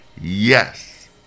Yes